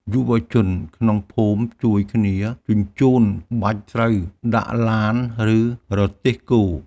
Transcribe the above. យុវជនក្នុងភូមិជួយគ្នាជញ្ជូនបាច់ស្រូវដាក់ឡាន ឬរទេះគោ។